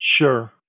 Sure